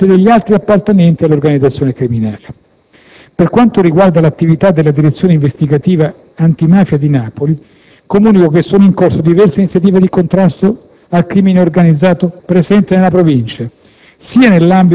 nei confronti degli altri appartenenti all'organizzazione criminale. Per quanto riguarda l'attività della Direzione investigativa antimafia di Napoli, comunico che sono in corso diverse iniziative di contrasto al crimine organizzato presente nella Provincia,